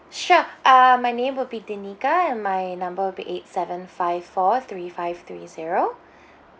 sure uh my name will be denika and my number would be eight seven five four three five three zero